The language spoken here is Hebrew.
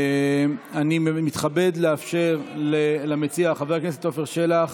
אני מתכבד לאפשר למציע חבר הכנסת עפר שלח